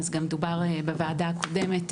אז גם דובר בוועדה קודמת,